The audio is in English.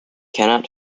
cannot